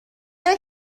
چرا